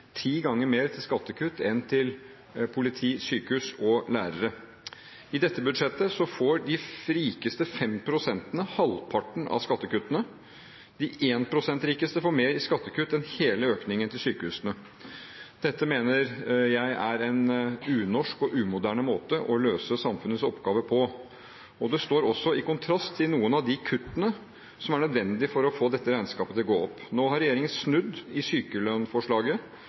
ti ganger mer til skattekutt enn til politi, sykehus og lærere. I dette budsjettet får de rikeste fem prosentene halvparten av skattekuttene. De én prosent rikeste får mer i skattekutt enn hele økningen til sykehusene. Dette mener jeg er en unorsk og umoderne måte å løse samfunnets oppgaver på, og det står også i kontrast til noen av de kuttene som er nødvendige for å få dette regnskapet til å gå opp. Nå har regjeringen snudd i sykelønnsforslaget,